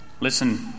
Listen